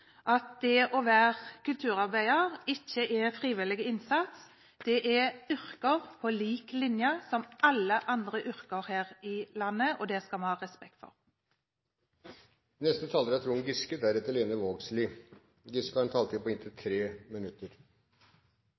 at det å være kulturarbeider ikke er frivillig innsats. Det er et yrke, på lik linje med alle andre yrker her i landet, og det skal vi ha respekt for. Hittil har